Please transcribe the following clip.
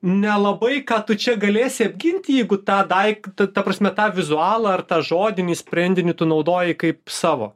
nelabai ką tu čia galėsi apginti jeigu tą daiktą ta prasme tą vizualą ar tą žodinį sprendinį tu naudoji kaip savo